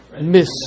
miss